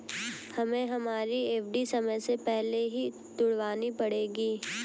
हमें हमारी एफ.डी समय से पहले ही तुड़वानी पड़ेगी